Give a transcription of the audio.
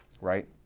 right